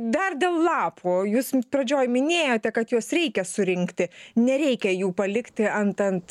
dar dėl lapų jūsų pradžioj minėjote kad juos reikia surinkti nereikia jų palikti ant ant